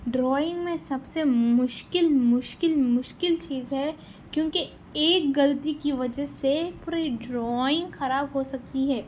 drawing میں سب سے مشکل مشکل مشکل چیز ہے کیونکہ ایک غَلَطی کی وجہ سے پوری ڈرائنگ خراب ہو سکتی ہے